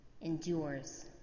endures